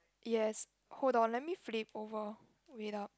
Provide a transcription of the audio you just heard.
yes hold on let me flip over wait ah